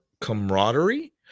camaraderie